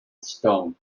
stone